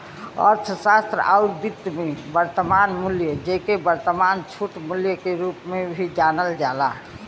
अर्थशास्त्र आउर वित्त में, वर्तमान मूल्य, जेके वर्तमान छूट मूल्य के रूप में भी जानल जाला